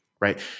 right